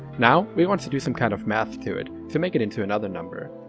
now, we want to do some kind of math to it, to make it into another number.